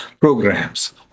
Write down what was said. programs